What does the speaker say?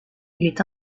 est